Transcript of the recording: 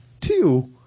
two